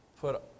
put